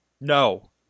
No